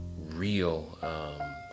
real